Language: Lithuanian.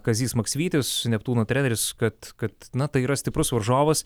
kazys maksvytis neptūno treneris kad kad na tai yra stiprus varžovas